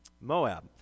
Moab